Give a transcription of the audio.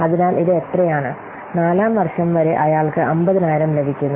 അതിനാൽ ഇത് എത്രയാണ്നാലാം വർഷം വരെ അയാൾക്ക് 50000 ലഭിക്കുന്നു